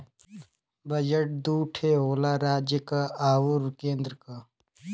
budget दू ठे होला राज्य क आउर केन्द्र क